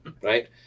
Right